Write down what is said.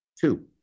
Two